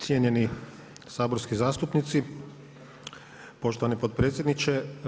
Cijenjeni saborski zastupnici, poštovani potpredsjedniče.